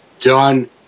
done